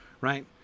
right